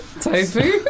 tofu